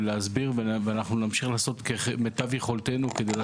להסביר ולעשות כמיטב יכולתנו על מנת